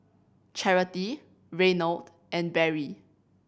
Charity Reynold and Barry